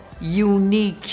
unique